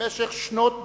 במשך שנות דור,